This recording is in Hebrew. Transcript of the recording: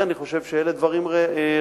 לכן אני חושב שאלה דברים רלוונטיים.